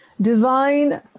divine